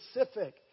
specific